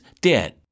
dead